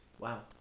Wow